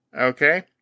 Okay